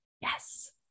Yes